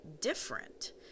different